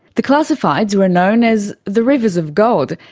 the classifieds were known as the rivers of gold,